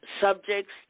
subjects